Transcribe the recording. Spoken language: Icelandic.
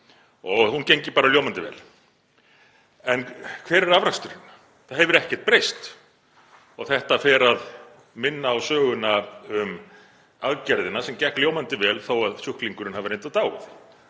og hún gengi bara ljómandi vel. En hver er afraksturinn? Það hefur ekkert breyst. Þetta fer að minna á söguna um aðgerðina sem gekk ljómandi vel þó að sjúklingurinn hafi reyndar dáið.